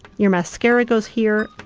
your mascara goes here,